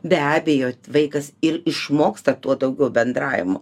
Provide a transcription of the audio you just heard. be abejo vaikas ir išmoksta tuo daugiau bendravimo